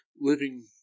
living